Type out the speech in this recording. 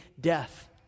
death